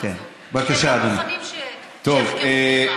כי הם לא מוכנים שיחקרו אותם.